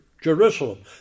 Jerusalem